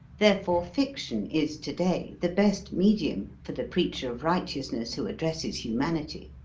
therefore, fiction is today the best medium for the preacher of righteousness who addresses humanity.